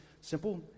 simple